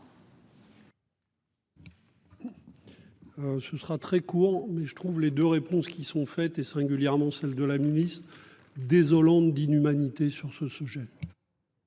Ce sera très court mais je trouve les deux réponses qui sont faites et singulièrement celle de la ministre désolante d'inhumanité sur ce sujet.